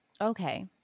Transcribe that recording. Okay